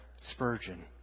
Spurgeon